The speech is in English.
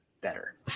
better